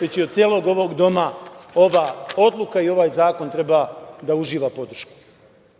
već i od celog ovog doma ova odluka i ovaj zakon treba da uživa podršku. Na